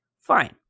fine